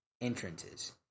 entrances